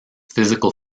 physical